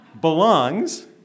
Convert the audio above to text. belongs